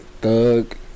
Thug